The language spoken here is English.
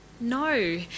No